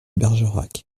bergerac